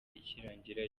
ikirangira